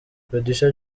producer